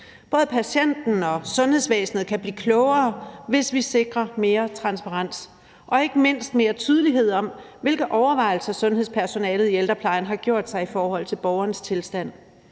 Både patienten og sundhedsvæsenet kan blive klogere, hvis vi sikrer mere transparens og ikke mindst mere tydelighed om, hvilke overvejelser sundhedspersonalet i ældreplejen har gjort sig i forhold til borgerens tilstand.